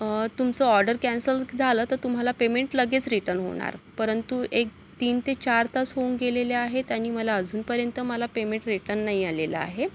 तुमचं order cancel झालं तर तुम्हाला पेमेंट लगेच रिटर्न होणार परंतु एक तीन ते चार तास होऊन गेलेले आहेत आणि मला अजूनपर्यंत मला पेमेंट रिटर्न नाही आलेलं आहे